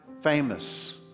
famous